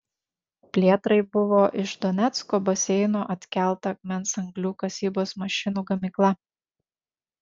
plėtrai buvo iš donecko baseino atkelta akmens anglių kasybos mašinų gamykla